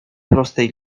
prostej